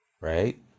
right